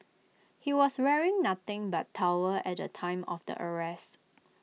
he was wearing nothing but towel at the time of the arrest